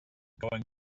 going